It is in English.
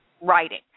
writing